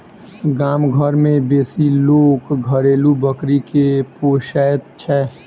गाम घर मे बेसी लोक घरेलू बकरी के पोसैत छै